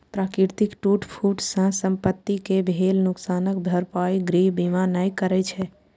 प्राकृतिक टूट फूट सं संपत्ति कें भेल नुकसानक भरपाई गृह बीमा नै करै छै